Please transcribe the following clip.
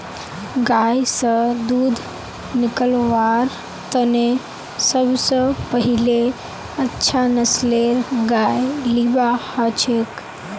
गाय स दूध निकलव्वार तने सब स पहिले अच्छा नस्लेर गाय लिबा हछेक